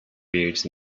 beards